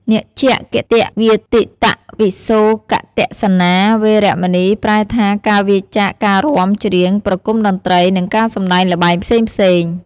នច្ចគីតវាទិតវិសូកទស្សនា វេរមណី ប្រែថា ការវៀរចាកការរាំ ច្រៀង ប្រគំតន្ត្រី និងការសម្ដែងល្បែងផ្សេងៗ។